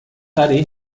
ari